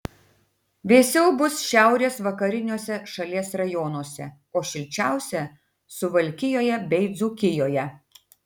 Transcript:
vėsiau bus šiaurės vakariniuose šalies rajonuose o šilčiausia suvalkijoje bei dzūkijoje